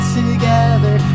together